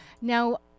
Now